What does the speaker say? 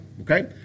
Okay